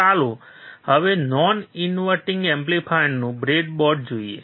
તો ચાલો હવે નોન ઇન્વર્ટીંગ એમ્પ્લીફાયરનું બ્રેડબોર્ડ જોઈએ